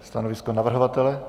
Stanovisko navrhovatele?